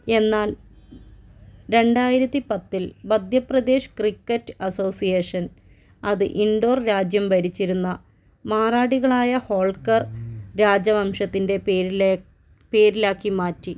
എന്നാൽ രണ്ടായിരത്തിപത്തിൽ Madhya Pradesh cricket association അത് ഇൻഡോർ രാജ്യം ഭരിച്ചിരുന്ന മറാഠികളായ ഹോൾക്കർ രാജവംശത്തിൻ്റെ പേരിലാക്കി മാറ്റി